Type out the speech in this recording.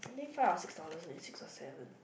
I think five or six dollars and six or seven